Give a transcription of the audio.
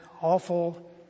awful